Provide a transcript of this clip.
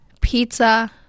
pizza